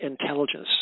intelligence